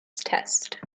test